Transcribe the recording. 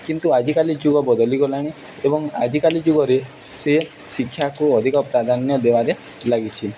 କିନ୍ତୁ ଆଜିକାଲି ଯୁଗ ବଦଳି ଗଲାଣି ଏବଂ ଆଜିକାଲି ଯୁଗରେ ସେ ଶିକ୍ଷାକୁ ଅଧିକ ପ୍ରାଧାନ୍ୟ ଦେବାରେ ଲାଗିଛି